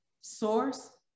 source